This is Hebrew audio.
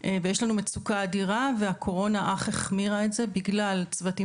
ויש לנו מצוקה אדירה והקורונה אך החמירה את זה בגלל צוותים